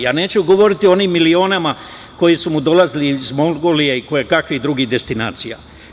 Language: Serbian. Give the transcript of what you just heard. Ja neću govoriti o onim milionima koji su mu dolazili iz Mongolije i kojekakvih drugih destinacija.